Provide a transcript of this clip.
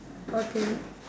okay